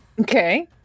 okay